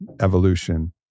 evolution